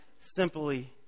simply